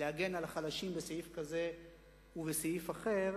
להגן על החלשים בסעיף כזה ובסעיף אחר,